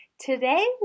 Today